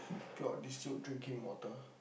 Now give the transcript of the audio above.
pure distilled drinking water